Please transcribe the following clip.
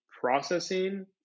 processing